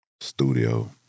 Studio